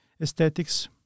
aesthetics